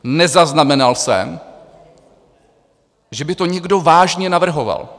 Nezaznamenal jsem, že by to někdo vážně navrhoval.